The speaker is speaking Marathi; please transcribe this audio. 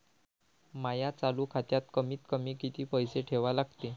माया चालू खात्यात कमीत कमी किती पैसे ठेवा लागते?